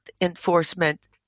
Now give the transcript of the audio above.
enforcement